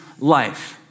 life